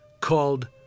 called